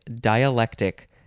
dialectic